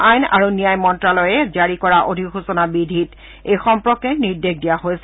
আইন আৰু ন্যায় মন্তালয়ে জাৰি কৰা অধিসূচনা বিধিত এই সম্পৰ্কে নিৰ্দেশ দিয়া হৈছে